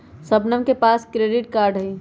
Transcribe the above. शबनम के पास credit card हई